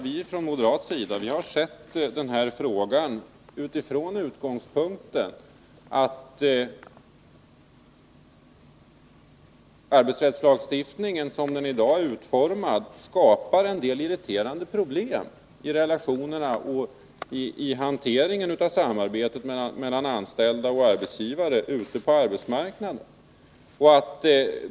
Men från moderat sida har vi sett frågan från den utgångspunkten att arbetsrättslagstiftningen som den i dag är utformad skapar en del irriterande problem i samarbetet mellan anställda och arbetsgivare på arbetsmarknaden.